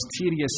tedious